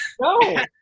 No